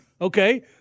okay